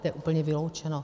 To je úplně vyloučeno.